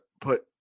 put